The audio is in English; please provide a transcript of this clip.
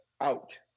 out